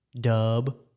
Dub